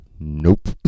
nope